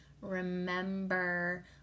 remember